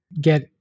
get